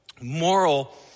moral